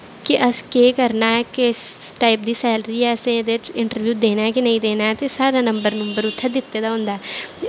ते अस केह् करना ऐ किस टाइप दी सैलरी ऐ ते एह्दे बिच असें इंटरव्यू देना ऐ कि नेईं देना ऐ ते साढ़ा नंबर नुंबर उत्थें दित्ते दा होंदा ऐ ते ओह्